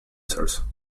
source